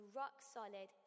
rock-solid